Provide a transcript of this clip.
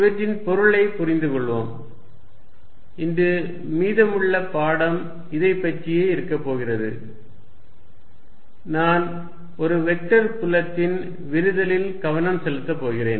இவற்றின் பொருளைப் புரிந்துகொள்வோம் இன்று மீதமுள்ள பாடம் இதைப் பற்றியே இருக்கப்போகிறது நான் ஒரு வெக்டர் புலத்தின் விரிதலில் கவனம் செலுத்தப் போகிறேன்